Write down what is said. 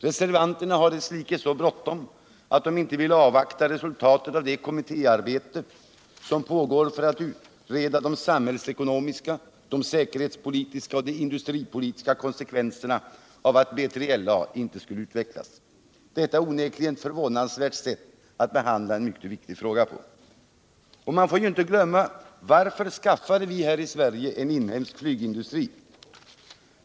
Reservanterna har desslikes så bråttom, att de inte vill avvakta resultatet av det kommittéarbete som pågår för att utreda de samhällsekonomiska, säkerhetspolitiska och industripolitiska konsekvenserna av att B3LA inte skulle utvecklas. Detta är onekligen ett förvånansvärt sätt att behandla en mycket viktig fråga. Vi får inte glömma varför vi här i Sverige skaffade oss en inhemsk flygindustri.